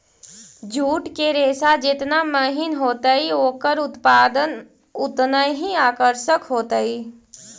jute के रेशा जेतना महीन होतई, ओकरा उत्पाद उतनऽही आकर्षक होतई